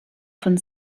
von